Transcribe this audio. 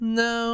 no